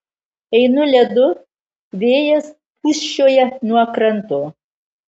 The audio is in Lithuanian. einu ledu vėjas pūsčioja nuo kranto